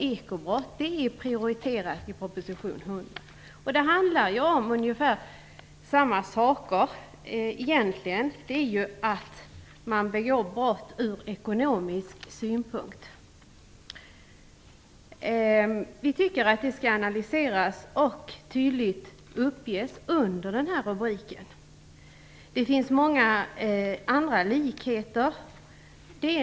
Ekobrott prioriteras i proposition 100, och det handlar egentligen om samma saker. Man begår brott från ekonomisk synpunkt. Vi tycker att detta borde analyseras och tydligt uppges under den här rubriken. Det finns många andra likheter.